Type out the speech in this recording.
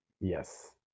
Yes